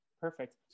Perfect